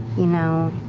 you know.